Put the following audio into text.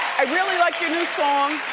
i really like your new song.